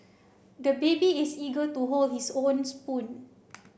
the baby is eager to hold his own spoon